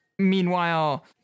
Meanwhile